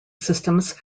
systems